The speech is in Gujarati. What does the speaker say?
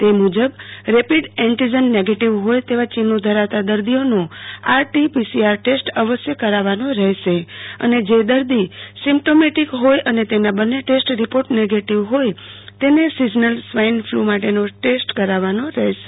તે મુજબ રેપિડ એન્ટિજન નેગેટીવ હોય તેવા ચિન્હો ધરાવતા દદીઓનો R T P C R test અવશ્ય કરાવવાનો રહશે અને જે દર્દા સિમ્ટોમેટિક હોય અને તેના બન્ને ટેસ્ટ રીપોર્ટ નેગેટીવ હોય તનો સિઝનલ સ્વાઈન ફલ માટેનો ટેસ્ટ કરાવવનો રહેશે